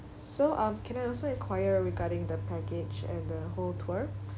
so um can I also enquire regarding the package and the whole tour